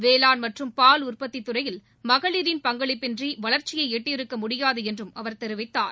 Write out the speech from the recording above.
வேளாண் மற்றும் பால் உற்பத்தி துறையில் மகளிரின் பங்களிப்பின்றி வளர்ச்சியை எட்டியிருக்க முடியாது என்றும் அவர் தெரிவித்தார்